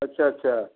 अच्छा अच्छा